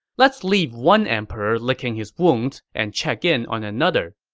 let's leave one emperor licking his wounds and check in on another.